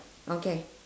okay